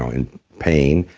ah in pain.